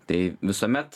tai visuomet